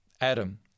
Adam